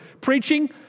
Preaching